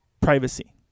privacy